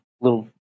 little